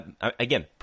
again